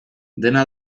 dena